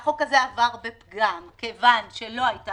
שהחוק הזה עבר בפגם כיוון שלא הייתה